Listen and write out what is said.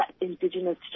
Indigenous